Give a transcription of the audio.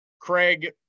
Craig